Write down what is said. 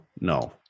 No